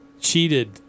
cheated